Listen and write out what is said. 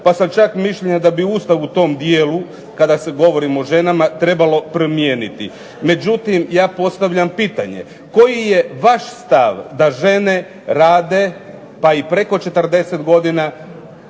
pa sam čak mišljenja da bi Ustav u tom dijelu kada govorimo o ženama trebao promijeniti. Međutim, ja postavljam pitanje koji je vaš stav da žene rade, pa i preko 40 godina